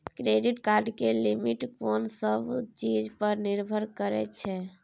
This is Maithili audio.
क्रेडिट कार्ड के लिमिट कोन सब चीज पर निर्भर करै छै?